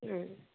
उम